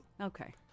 Okay